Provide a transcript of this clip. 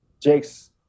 Jake's